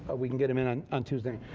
we can get them in on on tuesday.